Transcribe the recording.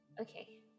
Okay